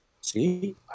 See